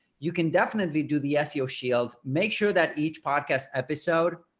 you can definitely do the seo shield make sure that each podcast episode,